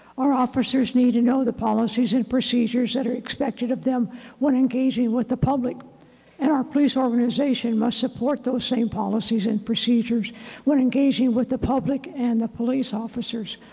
our officers need to know the policies and procedures that are expected of them when engaging with the public and our police organization must support those same policies and procedures when engaging with the public and the police officers.